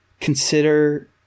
consider